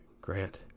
Grant